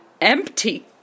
empty